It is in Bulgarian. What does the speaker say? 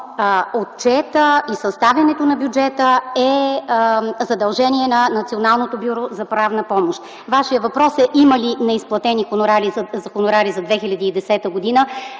отчета и съставянето на бюджета е задължение на Националното бюро за правна помощ. Вашият въпрос е: има ли неизплатени хонорари за 2010 г.?